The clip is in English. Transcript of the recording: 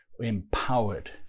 empowered